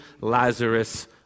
Lazarus